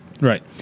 Right